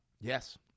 Yes